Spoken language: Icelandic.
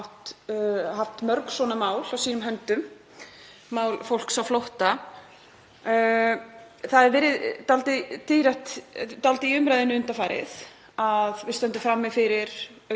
mörg svona mál á sínum höndum, mál fólks á flótta. Það hefur verið dálítið í umræðunni undanfarið að við stöndum frammi fyrir